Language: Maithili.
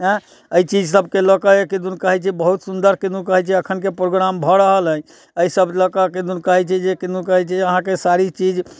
एँ एहि चीज सभके लऽकऽ किदन कहै छै बहुत सुंदर कोनो कहै छै अखनके प्रोग्राम भऽ रहल अछि एहि सभ लऽ कऽ किदन कहै छै जे कोनो कहै छै अहाँके सारी चीज